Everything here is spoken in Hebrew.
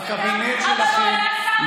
בקבינט שלכם,